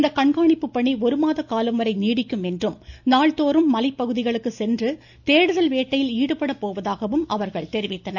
இந்த கண்காணிப்பு பணி ஒருமாத காலம் வரை நீடிக்கும் என்றும் நாள்தோறும் மலைப்பகுதிகளுக்கு சென்று தேடுதல் வேட்டையில் ஈடுபட போவதாகவும் அவர்கள் தெரிவித்தனர்